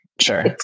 sure